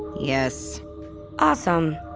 yes awesome.